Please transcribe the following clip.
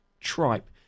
tripe